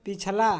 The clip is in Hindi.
पिछला